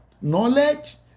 Knowledge